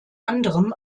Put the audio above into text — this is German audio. anderem